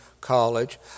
college